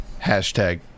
Hashtag